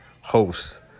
host